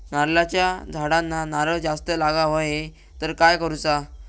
नारळाच्या झाडांना नारळ जास्त लागा व्हाये तर काय करूचा?